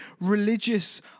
religious